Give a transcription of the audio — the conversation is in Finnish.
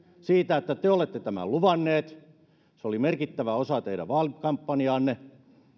siitä että te olette tämän luvanneet se oli merkittävä osa teidän vaalikampanjaanne